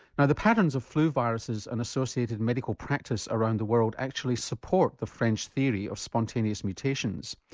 now the patterns of flu viruses and associated medical practice around the world actually support the french theory of spontaneous mutations.